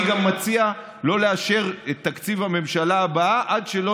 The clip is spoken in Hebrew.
אני גם מציע לא לאשר את תקציב הממשלה הבאה עד שלא